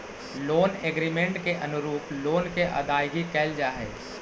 loan agreement के अनुरूप loan के अदायगी कैल जा हई